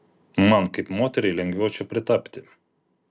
man kaip moteriai lengviau čia pritapti